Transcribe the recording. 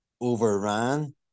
overran